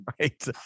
Right